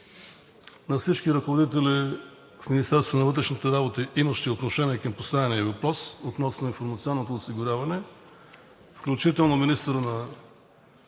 на всички ръководители в Министерството на вътрешните работи, имащи отношение към поставения въпрос относно информационното осигуряване, включително министърът на